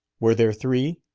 were there three?